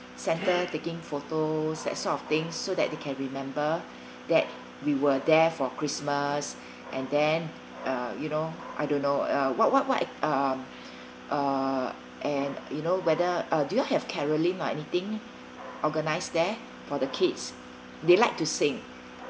santa taking photo that sort of things so that they can remember that we were there for christmas and then uh you know I don't know uh what what what um uh and you know whether uh do you all have caroline or anything organise there for the kids they like to sing